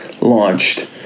launched